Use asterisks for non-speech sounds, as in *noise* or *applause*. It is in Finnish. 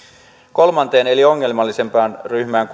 kolmanteen eli ongelmallisimpaan ryhmään *unintelligible*